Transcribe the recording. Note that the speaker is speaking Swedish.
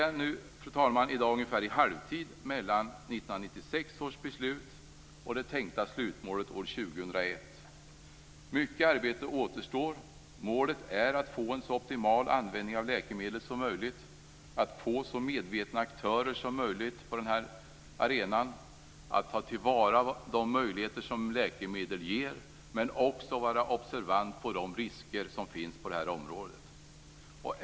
Vi befinner oss ungefär i halvtid mellan 1996 års beslut och det tänkta slutmålet år 2001. Mycket arbete återstår. Målet är att uppnå en optimal användning av läkemedel, att få så medvetna aktörer som möjligt på arenan samt att ta till vara de möjligheter läkemedel ger men också vara observant på de risker som finns på detta område.